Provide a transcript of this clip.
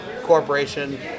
Corporation